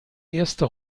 erste